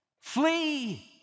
Flee